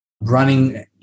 running